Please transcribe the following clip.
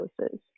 doses